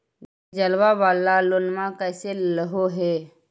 डीजलवा वाला लोनवा कैसे लेलहो हे?